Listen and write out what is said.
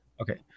Okay